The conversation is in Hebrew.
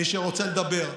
מי שרוצה לדבר,